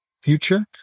future